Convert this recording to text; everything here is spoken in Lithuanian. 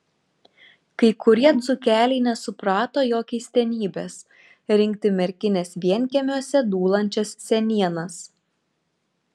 kai kurie dzūkeliai nesuprato jo keistenybės rinkti merkinės vienkiemiuose dūlančias senienas